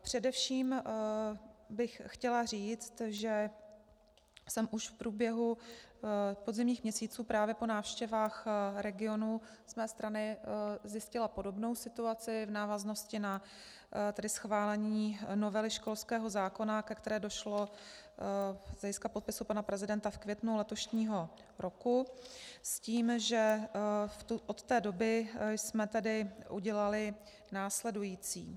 Především bych chtěla říct, že jsem už průběhu podzimních měsíců právě po návštěvách regionů z mé strany zjistila podobnou situaci v návaznosti na tedy schválení novely školského zákona, ke které došlo z hlediska podpisu pana prezidenta v květnu letošního roku, s tím, že od té doby jsme udělali následující.